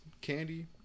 Candy